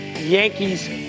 Yankees